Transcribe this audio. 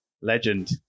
Legend